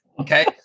Okay